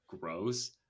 gross